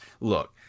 Look